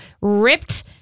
ripped